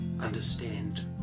understand